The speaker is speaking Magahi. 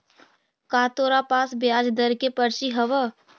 का तोरा पास ब्याज दर के पर्ची हवअ